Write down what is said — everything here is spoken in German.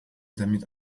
damit